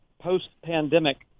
post-pandemic